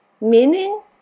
Meaning